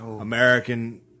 American